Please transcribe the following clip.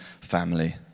family